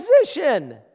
position